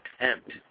attempt